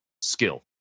skill